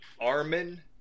Armin